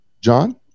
John